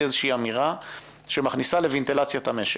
איזושהי אמירה שמכניסה לוונטילציה את המשק.